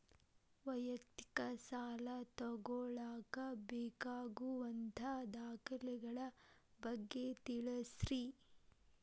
ವೈಯಕ್ತಿಕ ಸಾಲ ತಗೋಳಾಕ ಬೇಕಾಗುವಂಥ ದಾಖಲೆಗಳ ಬಗ್ಗೆ ತಿಳಸ್ರಿ